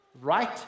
right